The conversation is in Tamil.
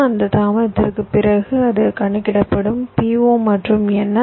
அந்த தாமதத்திற்குப் பிறகு அது கணக்கிடப்படும் PO மற்றும் NS